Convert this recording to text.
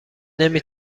نمی